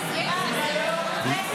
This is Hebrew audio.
סעיף 1 נתקבל.